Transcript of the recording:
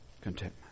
contentment